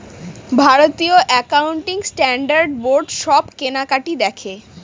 ভারতীয় accounting standard board সব কেনাকাটি দেখে